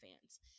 fans